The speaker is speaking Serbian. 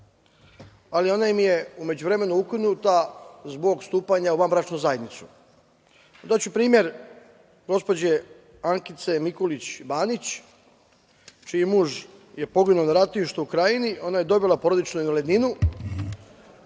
ali ona im je u međuvremenu ukinuta zbog stupanja u vanbračnu zajednicu. Daću primer gospođe Ankice Nikolić Banić, čiji muž je poginuo na ratištu u Krajini, ona je dobila porodičnu invalidninu,